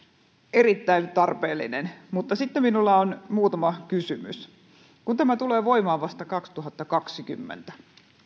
erittäin tarpeellinen mutta sitten minulla on muutama kysymys tämä tulee voimaan vasta kaksituhattakaksikymmentä